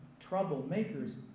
troublemakers